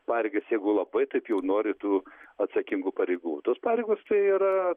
pareigas jeigu labai taip jau nori tų atsakingų pareigų tos pareigos tai yra